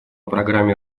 программе